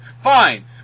fine